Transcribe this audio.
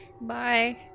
bye